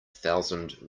thousand